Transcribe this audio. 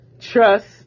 Trust